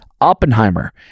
oppenheimer